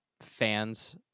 fans